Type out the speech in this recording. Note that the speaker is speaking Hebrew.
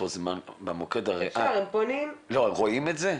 במוקד רואים את זה?